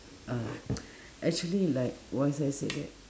uh actually like what has I say that